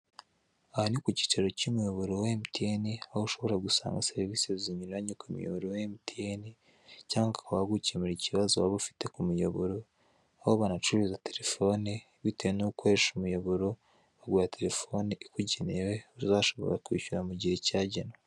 Aha ni ku cyicaro cy'umuyoboro wa MTN aho ushobora gusanga serivise zinyuranye ku muyoboro wa MTN cyangwa bakaba bagukemurira ikibazo waba ufite ku muyoboro, aho banacuruza telefone bitewe nuko ukoresha umuyoboro bakaguha telefone ikugenewe uzashobora kwishyura mugihe cyagenwe.